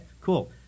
cool